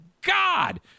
God